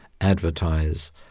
advertise